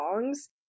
songs